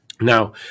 Now